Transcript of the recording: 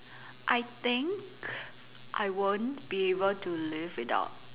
I think I won't be able to live without